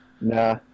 Nah